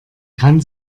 kann